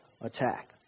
attack